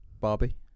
Barbie